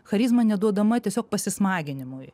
charizma neduodama tiesiog pasismaginimui